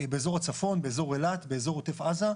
באזור הצפון, באזור אילת, באזור עוטף עזה.